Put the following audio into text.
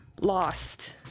lost